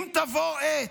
אם תבוא עת"